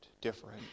different